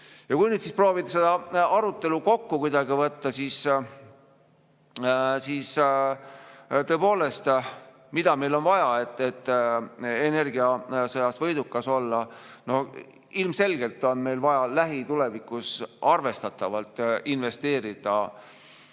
Kui nüüd proovida seda arutelu kokku võtta, siis tõepoolest, mida meil on vaja selleks, et energiasõjas võidukas olla? Ilmselgelt on meil vaja lähitulevikus arvestatavalt investeerida oma